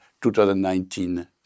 2019